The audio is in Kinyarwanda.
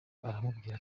aramubwira